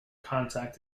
contact